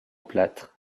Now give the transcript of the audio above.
plâtre